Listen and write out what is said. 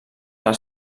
les